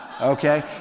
Okay